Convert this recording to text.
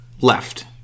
left